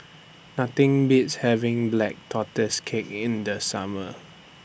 Nothing Beats having Black Tortoise Cake in The Summer